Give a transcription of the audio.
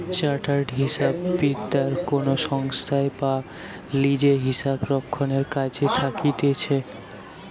chartered হিসাববিদরা কোনো সংস্থায় বা লিজে হিসাবরক্ষণের কাজে থাকতিছে